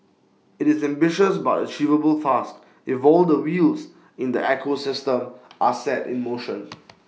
IT is an ambitious but achievable task if all the wheels in the ecosystem are set in motion